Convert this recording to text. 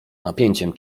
napięciem